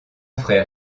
frère